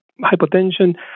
hypotension